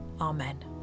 Amen